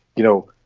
you know,